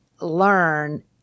learn